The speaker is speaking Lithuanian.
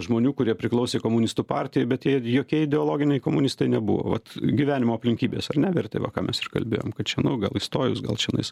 žmonių kurie priklausė komunistų partijai bet jie jokie ideologiniai komunistai nebuvo vat gyvenimo aplinkybės ar ne vertė va ką mes ir kalbėjom kad čia nu gal įstojus gal čionais